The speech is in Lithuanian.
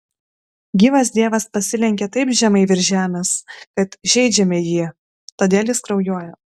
gyvas dievas pasilenkia taip žemai virš žemės kad žeidžiame jį todėl jis kraujuoja